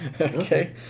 Okay